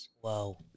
Whoa